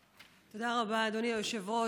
תודה רבה, אדוני היושב-ראש.